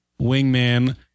wingman